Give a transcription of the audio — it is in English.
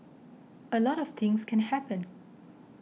a lot of things can happen